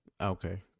Okay